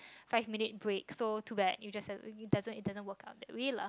five minute break so too bad you just have to it doesn't it doesn't work out that way lah